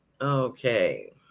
Okay